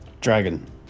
Dragon